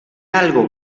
algo